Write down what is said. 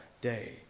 day